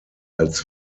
als